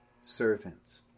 servants